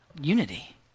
unity